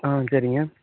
ஆ சரிங்க